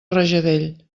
rajadell